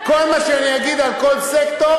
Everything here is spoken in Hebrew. כל מה שאני אגיד על כל סקטור,